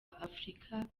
afrika